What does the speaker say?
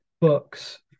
books